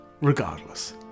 Regardless